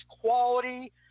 quality